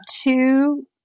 two